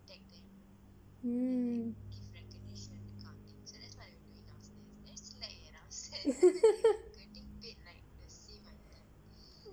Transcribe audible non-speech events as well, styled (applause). mm (laughs)